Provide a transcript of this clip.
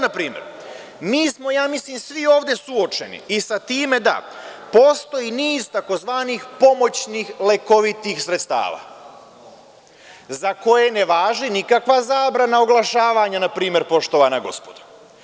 Na primer, mi smo, mislim, svi ovde suočeni i sa time da postoji niz tzv. pomoćnih lekovitih sredstava za koje ne važi nikakva zabrana oglašavanja, poštovana gospodo.